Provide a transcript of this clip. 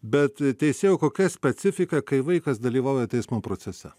bet teisėjau kokia specifika kai vaikas dalyvauja teismo procese